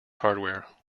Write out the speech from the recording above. hardware